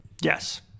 Yes